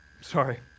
sorry